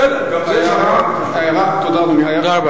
בסדר, גם היה תודה, אדוני.